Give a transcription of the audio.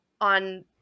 on